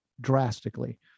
Drastically